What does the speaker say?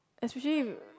especially